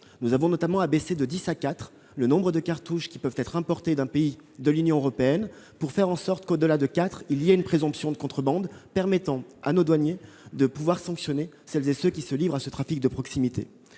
la fraude, en abaissant de 10 à 4 le nombre de cartouches qui peuvent être importées d'un pays de l'Union européenne pour faire en sorte que, au-delà de 4, il y ait une présomption de contrebande permettant à nos douaniers de pouvoir sanctionner celles et ceux qui se livrent à ces trafics de proximité.